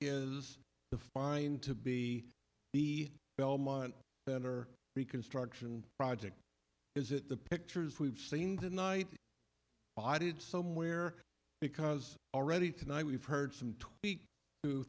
is the find to be the belmont that are reconstruction project is it the pictures we've seen tonight i did somewhere because already tonight we've heard some